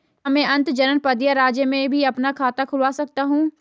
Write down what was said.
क्या मैं अंतर्जनपदीय राज्य में भी अपना खाता खुलवा सकता हूँ?